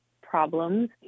problems